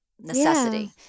necessity